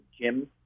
Jim